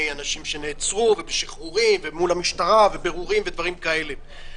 אנשים שנעצרו ובשחרורים ומול המשטרה ובירורים ודברים כאלה.